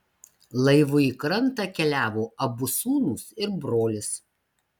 laivu į krantą keliavo abu sūnūs ir brolis